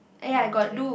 volunteering